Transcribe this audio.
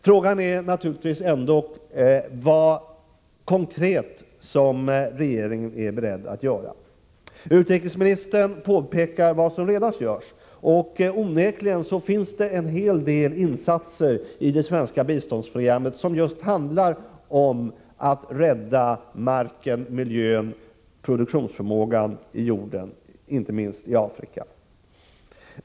Frågan är naturligtvis ändå vilka konkreta åtgärder regeringen är beredd att vidta. Utrikesministern pekar på vad som redan görs, och onekligen syftar en hel del av de insatser som görs inom det svenska biståndsprogrammet just till att rädda marken, miljön och produktionsförmågan i jorden, inte minst i Afrika.